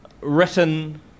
written